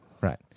right